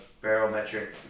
barometric